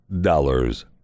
dollars